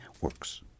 works